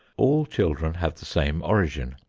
all children have the same origin,